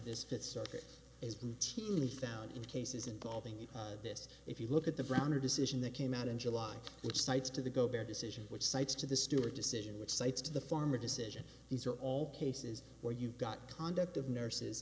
circuit is routinely found in cases involving this if you look at the brown a decision that came out in july which cites to the go bare decision which cites to the stewart decision which cites to the farmer decision these are all cases where you've got conduct of nurses